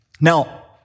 Now